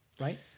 right